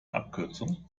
abkürzung